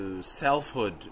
selfhood